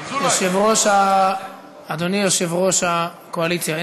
אדוני יושב-ראש הקואליציה,